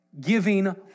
giving